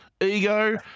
ego